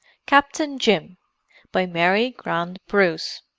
captain jim by mary grant bruce